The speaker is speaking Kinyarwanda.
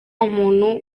umuntu